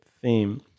theme